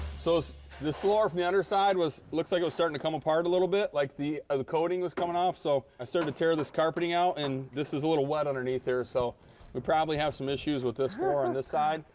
so this this floor from the underside was looks like it was starting to come apart a little bit, like the ah the coating was coming off, so i started to tear this carpeting out, and this is a little wet underneath here, so we probably have some issues with this floor on and this side.